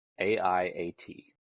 A-I-A-T